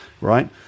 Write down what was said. right